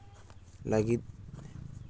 ᱞᱟᱹᱜᱤᱫ